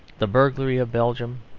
the burglary of belgium,